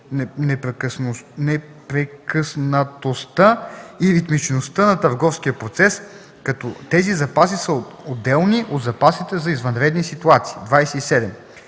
непрекъснатостта и ритмичността на търговския процес, като тези запаси са отделни от запасите за извънредни ситуации. 27.